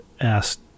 asked